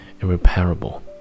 irreparable